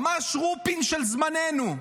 ממש רופין של זמננו.